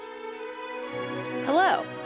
Hello